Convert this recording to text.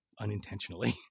unintentionally